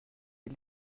est